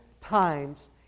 times